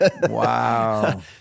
Wow